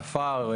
עפר,